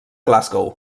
glasgow